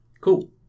Cool